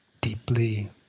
deeply